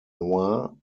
noir